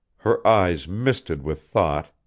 her eyes misted with thought,